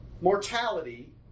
mortality